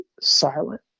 silent